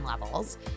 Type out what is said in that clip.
levels